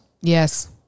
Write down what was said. Yes